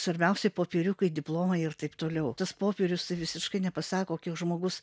svarbiausiai popieriukai diplomai ir taip toliau tas popierius visiškai nepasako kiek žmogus